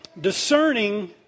Discerning